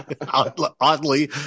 oddly